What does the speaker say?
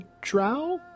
drow